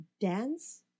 dance